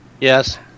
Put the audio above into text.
Yes